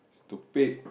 stupid